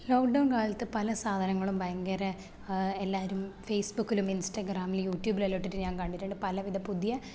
lock down കാലത്ത് പല സാധനങ്ങളും ഭയങ്കര എല്ലാവരും ഫേസ് ബുക്കിലും ഇൻസ്റാഗ്രാമിലും യുട്യൂബിലെല്ലാം ഇട്ടിട്ട് ഞാൻ കണ്ടിട്ടുണ്ട് പലവിധ പുതിയ